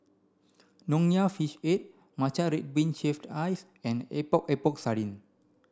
nonya fish head matcha red bean shaved ice and Epok Epok Sardin